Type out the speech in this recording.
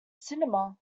cinema